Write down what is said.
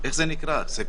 איך שתקראו לזה.